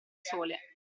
sole